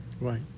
Right